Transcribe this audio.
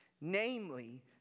Namely